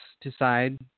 decide